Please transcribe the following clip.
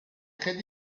très